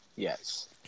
Yes